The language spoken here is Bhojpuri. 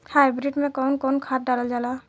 हाईब्रिड में कउन कउन खाद डालल जाला?